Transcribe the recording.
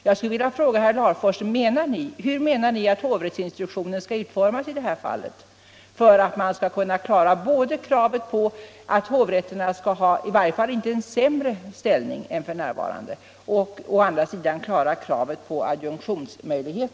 Jag skulle vilja fråga herr Larfors: Hur menar ni att hovrättsinstruktionen skall utformas i det här fallet för att man skall kunna klara både kravet på att hovrätterna i varje fall inte skall ha sämre ställning än f.n. och kravet på adjunktionsmöjlighet?